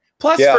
Plus